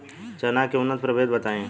चना के उन्नत प्रभेद बताई?